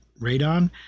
Radon